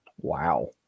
Wow